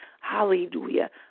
hallelujah